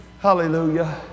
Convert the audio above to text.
Hallelujah